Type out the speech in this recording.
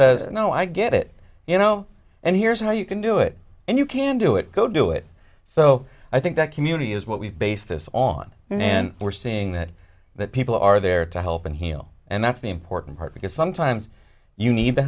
know i get it you know and here's how you can do it and you can do it go do it so i think that community is what we base this on and then we're seeing that that people are there to help and heal and that's the important part because sometimes you need the